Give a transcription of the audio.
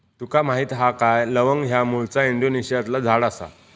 तुका माहीत हा काय लवंग ह्या मूळचा इंडोनेशियातला झाड आसा